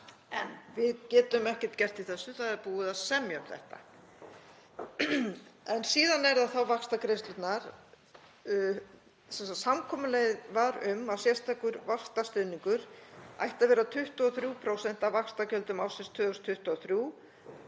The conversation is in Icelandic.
En við getum ekkert gert í þessu. Það er búið að semja um þetta. Síðan eru það þá vaxtagreiðslurnar. Samkomulagið var um að sérstakur vaxtastuðningur ætti að vera 23% af vaxtagjöldum ársins 2023